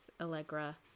Allegra